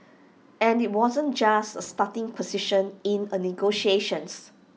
and IT wasn't just A starting position in A negotiations